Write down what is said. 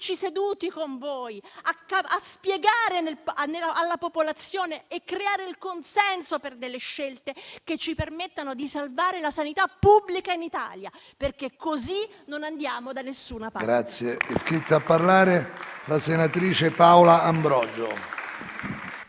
seduta con voi per spiegare alla popolazione e creare il consenso per delle scelte che ci permettano di salvare la sanità pubblica in Italia, perché così non andiamo da alcuna parte.